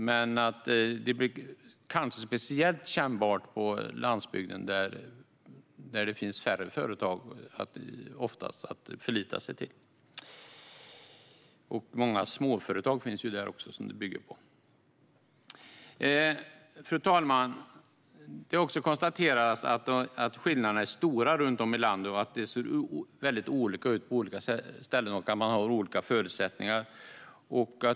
Kanske blir det speciellt kännbart på landsbygden där det oftast finns färre företag att förlita sig till. Många av företagen är dessutom småföretag. Fru talman! Det har konstaterats att skillnaderna är stora runt om i landet och att det ser olika ut på olika ställen. Man har olika förutsättningar.